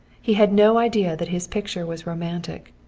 he had no idea that his picture was romantic.